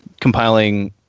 compiling